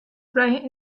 bright